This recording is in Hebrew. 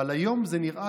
אבל היום זה נראה,